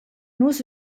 nus